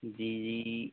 जी जी